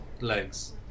legs